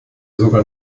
sogar